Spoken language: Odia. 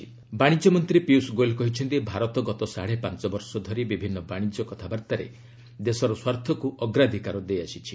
ଆର୍ଏସ୍ ଆର୍ସିଇପି ବାଣିଜ୍ୟ ମନ୍ତ୍ରୀ ପୀୟୁଷ ଗୋୟଲ କହିଛନ୍ତି ଭାରତ ଗତ ସାଡ଼େ ପାଞ୍ଚବର୍ଷ ଧରି ବିଭିନ୍ନ ବାଶିଜ୍ୟ କଥାବାର୍ତ୍ତାରେ ଦେଶର ସ୍ୱାର୍ଥକୁ ଅଗ୍ରାଧିକାର ଦେଇଆସିଛି